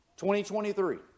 2023